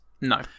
No